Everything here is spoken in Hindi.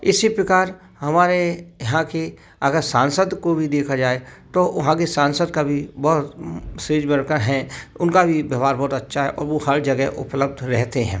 इसी प्रकार हमारे यहाँ के अगर सांसद को भी देखा जाय तो वहाँ के सांसद का भी बहुत उनका भी व्यवहार बहुत ही अच्छा है और वो हर जगह उपलब्ध रहते है